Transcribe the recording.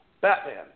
Batman